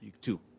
Two